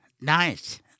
Nice